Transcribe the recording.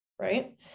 Right